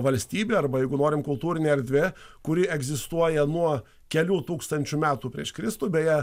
valstybė arba jeigu norim kultūrinė erdvė kuri egzistuoja nuo kelių tūkstančių metų prieš kristų beje